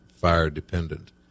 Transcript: fire-dependent